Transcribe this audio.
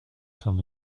come